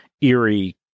eerie